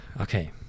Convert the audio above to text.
Okay